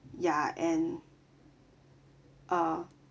ya and uh